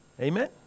Amen